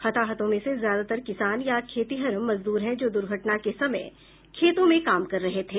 हताहतों में से ज्यादातर किसान या खेतिहर मजदूर हैं जो दूर्घटना के समय खेतों में काम कर रहे थे